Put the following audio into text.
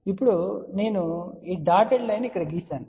ఇప్పుడు నేను ఈ డాటెడ్ లైన్ ఇక్కడ గీసాను